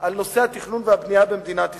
על נושא התכנון והבנייה במדינת ישראל.